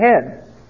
ahead